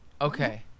Okay